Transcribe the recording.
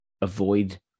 avoid